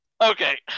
Okay